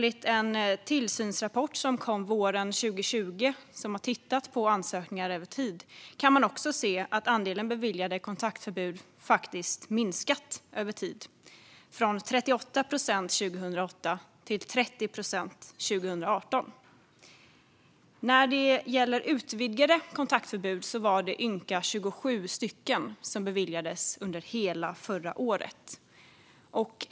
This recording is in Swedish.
I en tillsynsrapport som kom våren 2020 och som har tittat på ansökningar över tid kan man se att andelen beviljade kontaktförbud faktiskt har minskat över tid från 38 procent 2008 till 30 procent 2018. När det gäller utvidgade kontaktförbud var det ynka 27 stycken som beviljades under hela förra året.